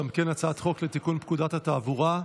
גם כן הצעת חוק לתיקון פקודת התעבורה.